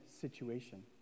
situation